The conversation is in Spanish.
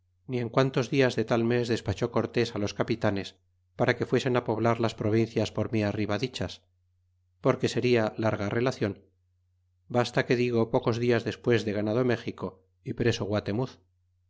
ni en quantos dias de tal mes despachó cortés á los capitanes para que fuesen á poblar las provincias por mi arriba dichas porque seria larga relacion basta que digo pocos dias despues de ganado méxico y preso guatemuz